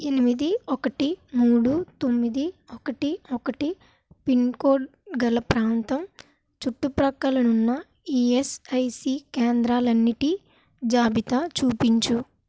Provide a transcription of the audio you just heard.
ఎనిమిది ఒకటి మూడు తొమ్మిది ఒకటి ఒకటి పిన్కోడ్ గల ప్రాంతం చుట్టుపక్కలున్న ఈఎస్ఐసీ కేంద్రాలన్నిటి జాబితా చూపించు